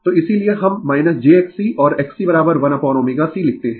तो इसीलिए हम jXC और XC1ωC लिखते है